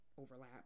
overlap